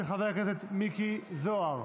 של חברי הכנסת מיקי זוהר.